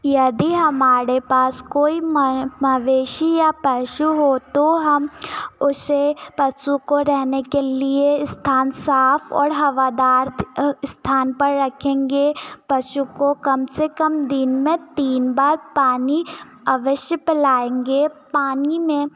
यदि हमारे पास कोई मन मवेशी या पशु हो तो हम उसे पशु को रहने के लिए स्थान साफ और हवादार स्थान पर रखेंगे पशु को कम से कम दिन में तीन बार पानी अवश्य पिलाएंगे पानी में